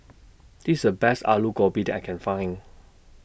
This The Best Alu Gobi that I Can Find